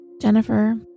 Jennifer